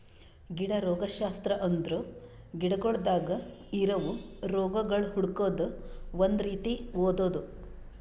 ಗಿಡ ರೋಗಶಾಸ್ತ್ರ ಅಂದುರ್ ಗಿಡಗೊಳ್ದಾಗ್ ಇರವು ರೋಗಗೊಳ್ ಹುಡುಕದ್ ಒಂದ್ ರೀತಿ ಓದದು